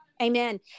Amen